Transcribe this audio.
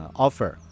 offer